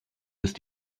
ist